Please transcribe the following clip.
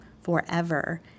forever